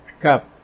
cup